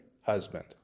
husband